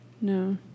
No